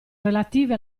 relative